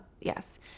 yes